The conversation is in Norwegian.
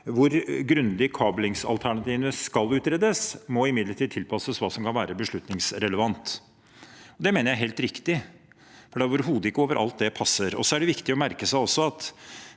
hvor grundig kablingsalternativene skal utredes, imidlertid tilpasses hva som kan være beslutningsrelevant. Det mener jeg er helt riktig, for det er overhodet ikke overalt det passer. Det er også viktig å merke